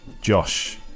Josh